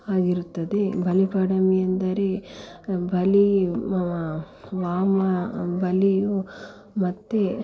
ಆಗಿರುತ್ತದೆ ಬಲಿಪಾಡ್ಯಮಿ ಎಂದರೆ ಬಲಿ ವಾಮನ ಬಲಿಯು ಮತ್ತು